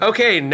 Okay